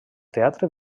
teatre